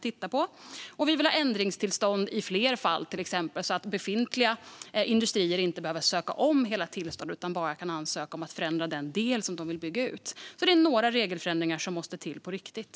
Vi vill ha ändringstillstånd i fler fall, till exempel så att befintliga industrier inte behöver söka om hela tillstånd utan bara ansöka om att förändra den del de vill bygga ut. Det är några regelförändringar som måste till på riktigt.